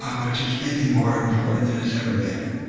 um which is maybe more important than it's ever been.